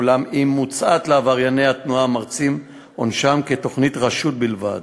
אולם היא מוצעת לעברייני התנועה המרצים את עונשם כתוכנית רשות בלבד.